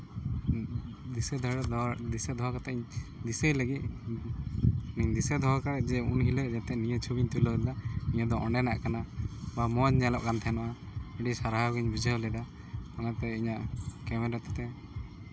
ᱫᱤᱥᱟᱹ ᱫᱟᱲᱮ ᱫᱚᱦᱚ ᱫᱤᱥᱟᱹ ᱫᱚᱦᱚ ᱠᱟᱛᱮᱜ ᱤᱧ ᱫᱤᱥᱟᱹᱭ ᱞᱟᱹᱜᱤᱫ ᱤᱧ ᱫᱤᱥᱟᱹ ᱫᱚᱦᱚ ᱠᱟᱜᱼᱟ ᱡᱮ ᱩᱱᱦᱤᱞᱳᱜ ᱡᱟᱛᱮ ᱱᱤᱭᱟᱹ ᱪᱷᱚᱵᱤᱧ ᱛᱩᱞᱟᱹᱣ ᱞᱮᱫᱟ ᱱᱤᱭᱟᱹ ᱫᱚ ᱚᱸᱰᱮᱱᱟᱜ ᱠᱟᱱᱟ ᱵᱟ ᱢᱚᱡᱽ ᱧᱮᱞᱚᱜ ᱠᱟᱱ ᱛᱟᱦᱮᱱᱚᱜᱼᱟ ᱟᱹᱰᱤ ᱥᱟᱨᱦᱟᱣ ᱜᱤᱧ ᱵᱩᱡᱷᱟᱹᱣ ᱞᱮᱫᱟ ᱚᱱᱟᱛᱮ ᱤᱧᱟᱹᱜ ᱠᱮᱢᱮᱨᱟ ᱠᱚᱛᱮ